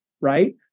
right